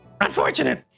Unfortunate